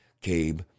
Cabe